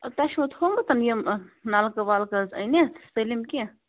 اَدٕ تۄہہِ چھُوا تھوٚومُت یِم نَلکہٕ وَلکہٕ حظ أنِتھ سٲلِم کیٚنٛہہ